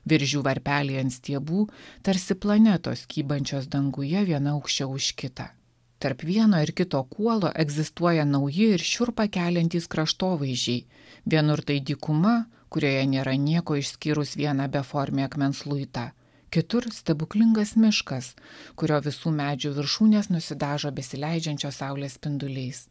viržių varpeliai ant stiebų tarsi planetos kybančios danguje viena aukščiau už kitą tarp vieno ir kito kuolo egzistuoja nauji ir šiurpą keliantys kraštovaizdžiai vienur tai dykuma kurioje nėra nieko išskyrus vieną beformį akmens luitą kitur stebuklingas miškas kurio visų medžių viršūnės nusidažo besileidžiančios saulės spinduliais